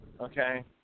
okay